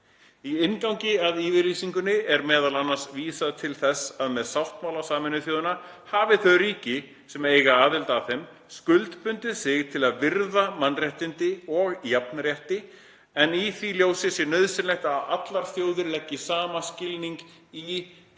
Í inngangi að yfirlýsingunni er meðal annars vísað til þess að með sáttmála Sameinuðu þjóðanna hafi þau ríki, sem eiga aðild að þeim, skuldbundið sig til að virða mannréttindi og jafnrétti, en í því ljósi sé nauðsynlegt að allar þjóðirnar leggi sama skilning í hver